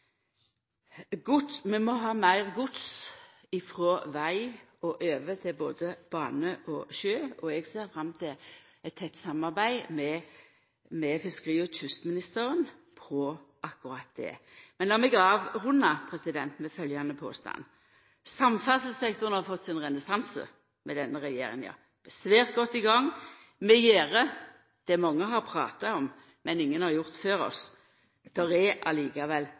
må ha meir gods frå veg og over til både bane og sjø, og eg ser fram til eit tett samarbeid med fiskeri- og kystministeren om akkurat det. Lat meg avrunda med følgjande påstand: Samferdselssektoren har fått sin renessanse med denne regjeringa. Vi er svært godt i gang. Vi gjer det mange har prata om, men ingen har gjort før oss.